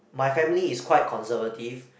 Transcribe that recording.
my family is quite conservative